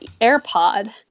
AirPod